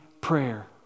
prayer